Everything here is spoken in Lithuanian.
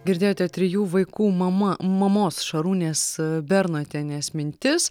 girdėjote trijų vaikų mama mamos šarūnės bernotienės mintis